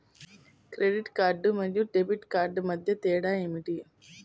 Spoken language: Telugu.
క్రెడిట్ కార్డ్ మరియు డెబిట్ కార్డ్ మధ్య తేడా ఏమిటి?